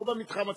לא במתחם הציבורי.